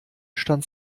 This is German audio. stand